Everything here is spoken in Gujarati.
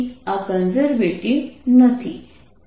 તેથી આ કન્ઝર્વેટિવ નથી